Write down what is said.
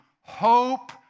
Hope